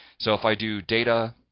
so, if i do data,